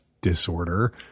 disorder